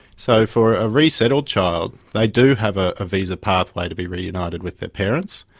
so for a resettled child they do have ah a visa pathway to be reunited with their parents.